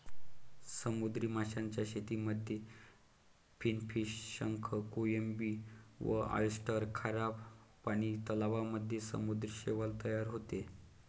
समुद्री माशांच्या शेतीमध्ये फिनफिश, शंख, कोळंबी व ऑयस्टर, खाऱ्या पानी तलावांमध्ये समुद्री शैवाल तयार होते